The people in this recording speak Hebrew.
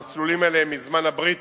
המסלולים האלה הם מזמן הבריטים,